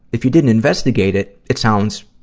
if you didn't investigate it, it sounds